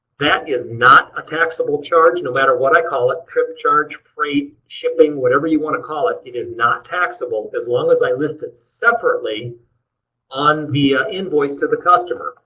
that is not a taxable charge no matter what i call it. trip charge, freight, shipping, whatever you want to call it, it is not taxable as long as i list it separately on the ah invoice to the customer.